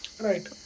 Right